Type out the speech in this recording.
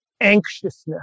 Anxiousness